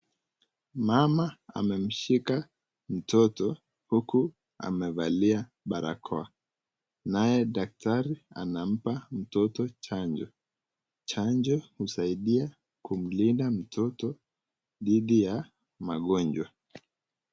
Mama amemshika mtoto uku amevalia barakoa, naye daktari anampa mtoto chanjo. Chanjo husaidia kumlinda mtoto dhidi ya magonjwa.